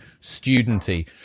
Studenty